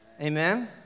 Amen